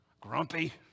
Grumpy